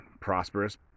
prosperous